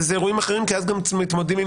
אלה אירועים אחרים כי אז גם מתמודדים עם